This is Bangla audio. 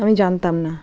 আমি জানতাম না